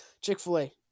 Chick-fil-A